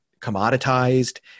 commoditized